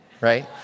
Right